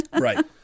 Right